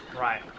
Right